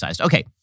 Okay